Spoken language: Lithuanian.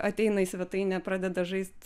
ateina į svetainę pradeda žaist